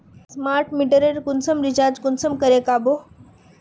Smart मीटरेर कुंसम recharge कुंसम करे का बो?